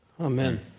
Amen